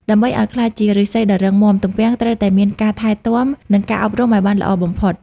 ដើម្បីឱ្យក្លាយជាឫស្សីដ៏រឹងមាំ ទំពាំងត្រូវតែមានការថែទាំ និងការអប់រំឱ្យបានល្អបំផុត។